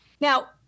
Now